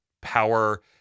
power